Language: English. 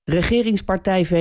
regeringspartij